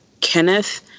Kenneth